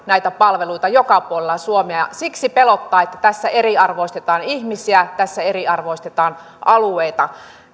näitä palveluita joka puolella suomea siksi pelottaa että tässä eriarvoistetaan ihmisiä tässä eriarvoistetaan alueita